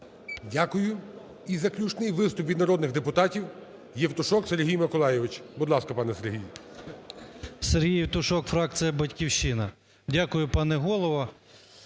Дякую. І заключний виступ від народних депутатів – Євтушок Сергій Миколайович. Будь ласка, пане Сергій. 16:13:34 ЄВТУШОК С.М. Сергій Євтушок, фракція "Батьківщина". Дякую, пане Голово.